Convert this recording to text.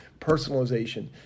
Personalization